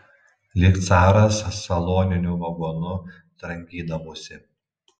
lyg caras saloniniu vagonu trankydavosi